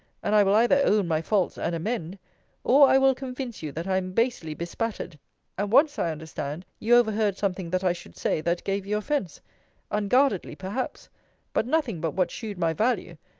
and i will either own my faults, and amend or i will convince you that i am basely bespattered and once i understand you overheard something that i should say, that gave you offence unguardedly, perhaps but nothing but what shewed my value,